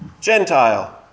Gentile